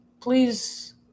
Please